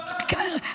קבלו.